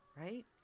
right